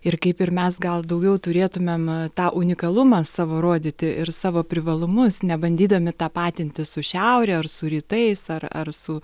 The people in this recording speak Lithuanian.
ir kaip ir mes gal daugiau turėtumėm tą unikalumą savo rodyti ir savo privalumus nebandydami tapatintis su šiaure ar su rytais ar ar su